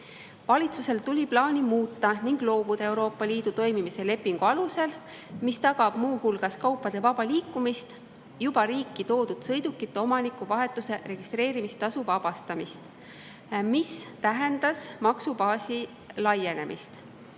Valitsusel tuli plaani muuta ning loobuda Euroopa Liidu toimimise lepingu alusel, mis tagab muu hulgas kaupade vaba liikumise, juba riiki toodud sõidukite omanikuvahetuse registreerimistasu vabastamisest, mis tähendas maksubaasi laienemist.